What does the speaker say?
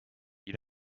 you